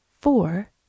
four